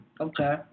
Okay